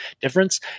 difference